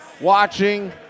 watching